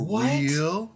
real